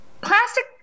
plastic